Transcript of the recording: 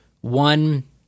One